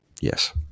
Yes